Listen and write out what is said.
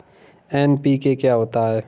NPK क्या होता है?